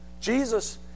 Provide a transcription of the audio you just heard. Jesus